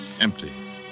Empty